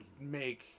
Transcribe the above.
make